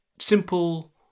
simple